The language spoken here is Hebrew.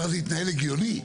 הזה יתנהל הגיוני.